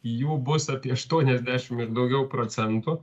jų bus apie aštuoniasdešim ir daugiau procentų